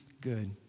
good